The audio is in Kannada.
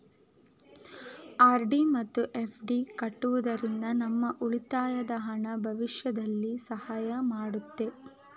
ಆರ್.ಡಿ ಮತ್ತು ಎಫ್.ಡಿ ಕಟ್ಟುವುದರಿಂದ ನಮ್ಮ ಉಳಿತಾಯದ ಹಣ ಭವಿಷ್ಯದಲ್ಲಿ ಸಹಾಯ ಮಾಡುತ್ತೆ